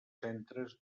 centres